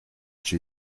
che